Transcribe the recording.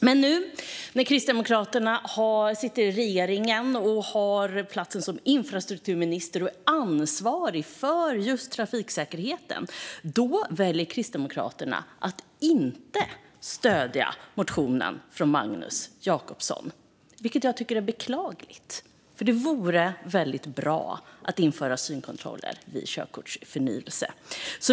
Men nu när Kristdemokraterna sitter i regeringen och har infrastrukturministerposten och är ansvariga för just trafiksäkerheten väljer de att inte stödja motionen från Magnus Jacobsson, vilket jag tycker är beklagligt. Det vore nämligen väldigt bra att införa synkontroller vid körkortsförnyelse.